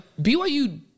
BYU